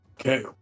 Okay